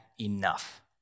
enough